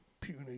puny